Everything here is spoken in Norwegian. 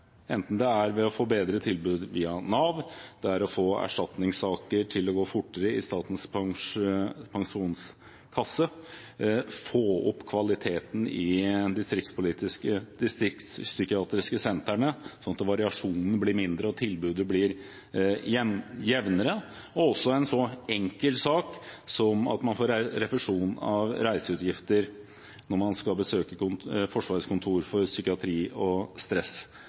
ved å gi bedre tilbud via Nav, få erstatningssaker til å gå fortere i Statens pensjonskasse, få opp kvaliteten i de distriktspsykiatriske sentrene, slik at variasjonene blir mindre og tilbudene blir jevnere, eller ved noe så enkelt som at man får refusjon for reiseutgifter når man skal besøke Forsvarets Kontor for psykiatri og